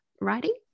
writing